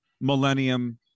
millennium